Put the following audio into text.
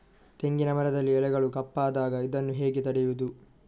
ತೆಂಗಿನ ಮರದಲ್ಲಿ ಎಲೆಗಳು ಕಪ್ಪಾದಾಗ ಇದನ್ನು ಹೇಗೆ ತಡೆಯುವುದು?